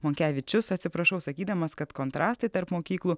monkevičius atsiprašau sakydamas kad kontrastai tarp mokyklų